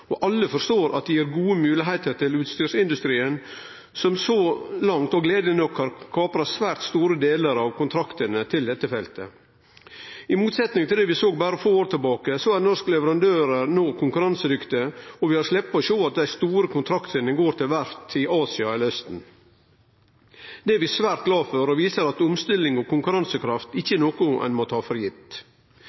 og alle forstår at det gir gode moglegheiter til utstyrsindustrien som så langt – og gledeleg nok – har kapra svært store delar av kontraktane til dette feltet. I motsetning til det vi såg for berre få år sidan, er norske leverandørar no konkurransedyktige, og vi har sloppe å sjå at dei store kontraktane går til verft i Asia eller i Austen. Det er vi svært glade for, og det viser at omstilling og konkurransekraft ikkje er noko ein må ta for gitt.